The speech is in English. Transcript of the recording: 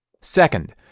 Second